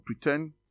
pretend